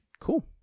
Cool